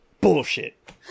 bullshit